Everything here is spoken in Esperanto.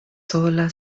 sola